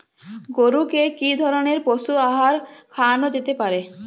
গরু কে কি ধরনের পশু আহার খাওয়ানো যেতে পারে?